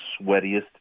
sweatiest